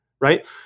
right